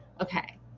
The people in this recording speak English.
Okay